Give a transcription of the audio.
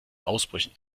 ausbrüchen